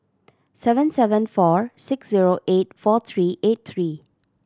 seven seven four six zero eight four three eight three